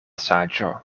saĝo